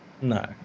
No